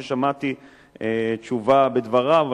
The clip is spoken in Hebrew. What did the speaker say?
אף-על-פי ששמעתי תשובה בדבריו.